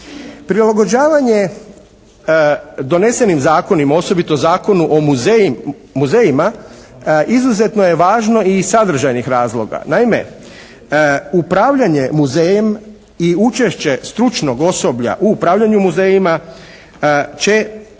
Prilagođavanje donesenim zakonom, osobito Zakonu o muzejima izuzetno je važno iz sadržajnih razloga. Naime, upravljanje muzejem i učešće stručnog osoblja u upravljanju muzejima će